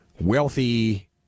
wealthy